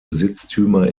besitztümer